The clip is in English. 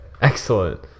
Excellent